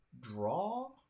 Draw